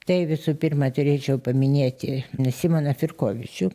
tai visų pirma turėčiau paminėti n simoną firkovičių